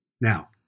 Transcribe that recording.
Now